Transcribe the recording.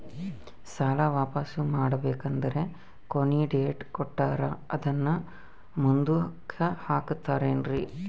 ಸಾಲ ವಾಪಾಸ್ಸು ಮಾಡಬೇಕಂದರೆ ಕೊನಿ ಡೇಟ್ ಕೊಟ್ಟಾರ ಅದನ್ನು ಮುಂದುಕ್ಕ ಹಾಕುತ್ತಾರೇನ್ರಿ?